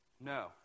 No